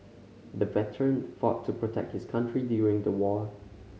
the veteran fought to protect his country during the war